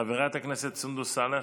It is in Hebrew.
חברת הכנסת סונדוס סאלח,